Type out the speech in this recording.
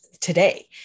today